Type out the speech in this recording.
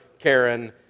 Karen